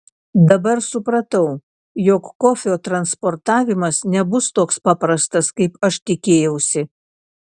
dabar supratau jog kofio transportavimas nebus toks paprastas kaip aš tikėjausi